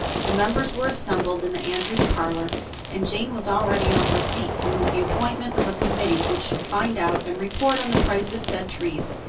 the members were assembled in the andrews' parlor and jane was already on her feet to move the appointment of a committee which should find out and report on the price of said trees,